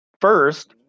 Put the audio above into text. First